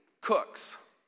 cooks